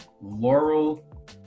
Laurel